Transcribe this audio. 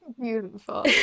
Beautiful